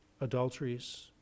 adulteries